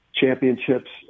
championships